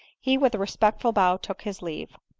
he with a respectful bow took his leave.